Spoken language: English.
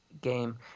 game